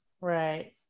Right